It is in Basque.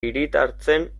hiritartzen